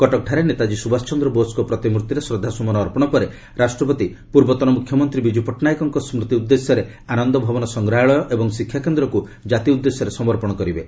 କଟକଠାରେ ନେତାଜୀ ସୁଭାଷ ଚନ୍ଦ୍ର ବୋଷ୍ଙ୍କ ପ୍ରତିମୂର୍ତ୍ତିରେ ଶ୍ରଦ୍ଧାସୁମନ ଅର୍ପଣ ପରେ ରାଷ୍ଟ୍ରପତି ପୂର୍ବତନ ମୁଖ୍ୟମନ୍ତ୍ରୀ ବିଜ୍ଞ ପଟ୍ଟନାୟକଙ୍କ ସୁତି ଉଦ୍ଦେଶ୍ୟରେ ଆନନ୍ଦ ଭବନ ସଂଗ୍ରହାଳୟ ଏବଂ ଶିକ୍ଷାକେନ୍ଦ୍ରକୁ ଜାତି ଉଦ୍ଦେଶ୍ୟରେ ସମର୍ପଣ କରିବେ